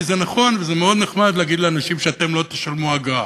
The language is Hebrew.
כי זה נכון וזה מאוד נחמד להגיד לאנשים שאתם לא תשלמו אגרה.